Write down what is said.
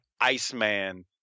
Iceman